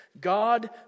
God